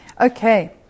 Okay